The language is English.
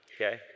Okay